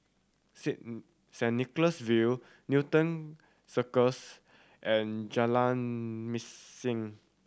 Saint Nicholas View Newton Circus and Jalan Mesin